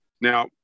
Now